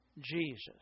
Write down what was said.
Jesus